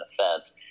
offense